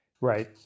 Right